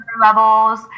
levels